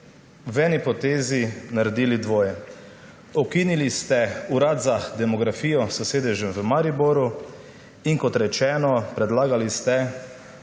v eni potezi naredili dvoje. Ukinili ste Urad za demografijo, s sedežem v Mariboru, in predlagali ste